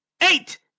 eight